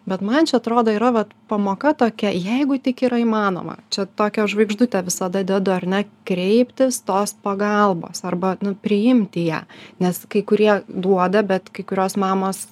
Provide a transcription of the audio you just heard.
bet man čia atrodo yra va pamoka tokia jeigu tik yra įmanoma čia tokią žvaigždutę visada dedu ar ne kreiptis tos pagalbos arba priimti ją nes kai kurie duoda bet kai kurios mamos